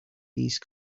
these